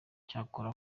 cyakora